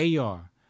AR